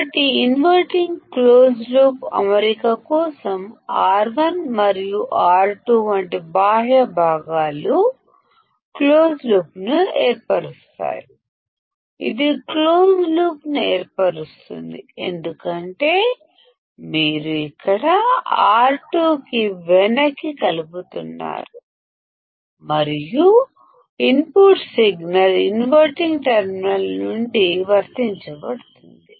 కాబట్టి inverting close loop అమరిక కోసం R1 మరియు R2 వంటి బాహ్య భాగాలు క్లోజ్ లూప్ను ఏర్పరుస్తాయి ఇది క్లోజ్డ్ లూప్ను ఏర్పరుస్తుంది ఎందుకంటే మీరు ఇక్కడ R2 ని ఇక్కడ ని ఇక్కడ కలుపుతున్నారు మరియు ఇన్పుట్ సిగ్నల్ ఇన్వర్టింగ్ టెర్మినల్ నుండి వర్తించబడుతుంది